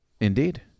Indeed